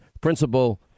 principal